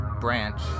branch